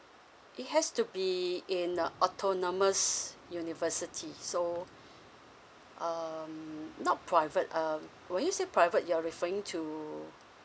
it has to be in uh autonomous university so um not private um when you say private you're referring to